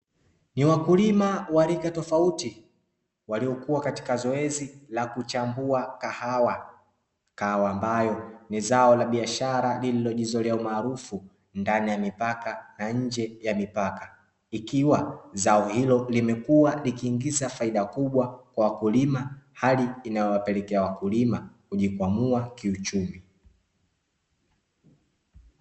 Ni wakulima wa rika tofauti waliokuwa katika zoezi la kuchambua kahawa. Kahawa ambayo ni zao la biashara lililojizolea umaarufu ndani ya mipaka na nje ya mipaka, ikiwa zao hilo limekuwa likiingiza faida kubwa kwa wakulima; hali inayowapelekea wakulima kujikwamua kiuchumi.